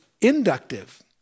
inductive